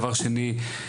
דבר שני,